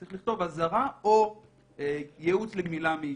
צריך לכתוב: אזהרה או ייעוץ לגמילה מעישון.